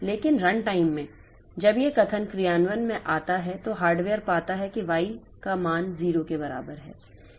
लेकिन रनटाइम में जब यह कथन क्रियान्वयन में आता है तो हार्डवेयर पाता है कि y मान 0 के बराबर है